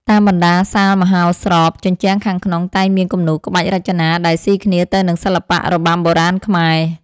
តាមបណ្ដាសាលមហោស្រព ជញ្ជាំងខាងក្នុងតែងមានគំនូរក្បាច់រចនាដែលស៊ីគ្នាទៅនឹងសិល្បៈរបាំបុរាណខ្មែរ។